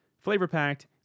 Flavor-packed